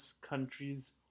countries